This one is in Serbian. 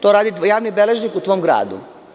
To radi javni beležnik u tvom gradu.